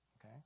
Okay